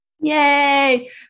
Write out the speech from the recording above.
yay